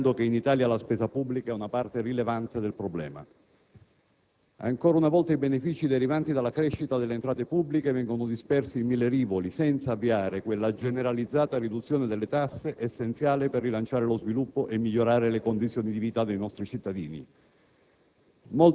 dimenticando che in Italia la spesa pubblica è una parte rilevante del problema. Ancora una volta i benefici derivanti dalla crescita delle entrate pubbliche vengono dispersi in mille rivoli, senza avviare quella generalizzata riduzione delle tasse essenziale per rilanciare lo sviluppo e migliorare le condizioni di vita dei nostri cittadini.